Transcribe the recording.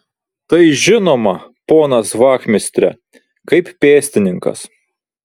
tai žinoma ponas vachmistre kaip pėstininkas